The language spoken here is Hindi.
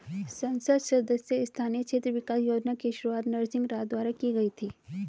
संसद सदस्य स्थानीय क्षेत्र विकास योजना की शुरुआत नरसिंह राव द्वारा की गई थी